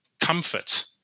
comfort